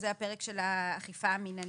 הפרק של האכיפה המינהלית,